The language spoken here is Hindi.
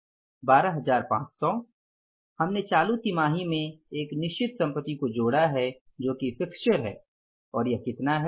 12500 हमने चालू तिमाही में एक निश्चित संपत्ति को जोड़ा है जो कि फिक्स्चेर है और यह कितनी है